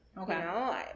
okay